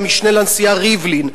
המשנה לנשיאה ריבלין,